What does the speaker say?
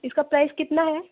इसका प्राइज कितना है